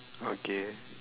okay